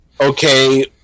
okay